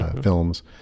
films